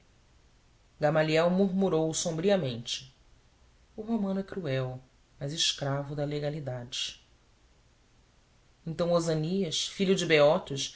gamaliel murmurou sombriamente o romano é cruel mas escravo da legalidade então osânias filho de beotos